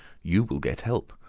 you will get help.